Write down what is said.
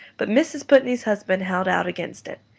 but mrs. putney's husband held out against it,